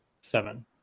seven